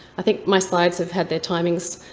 i think my slides have had their timings